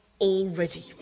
already